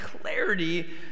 clarity